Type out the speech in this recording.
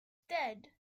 dead